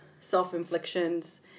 self-infliction's